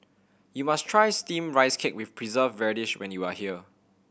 you must try Steamed Rice Cake with Preserved Radish when you are here